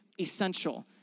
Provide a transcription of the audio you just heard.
essential